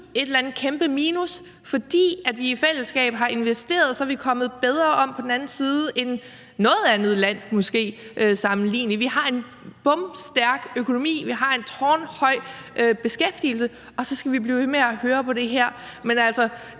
et eller andet kæmpe minus. Fordi vi i fællesskab har investeret, er vi kommet bedre om på den anden side end måske noget andet land, som vi kan sammenligne os med. Vi har en bomstærk økonomi. Vi har en tårnhøj beskæftigelse. Og så skal vi blive ved med at høre på det her. Men altså,